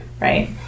right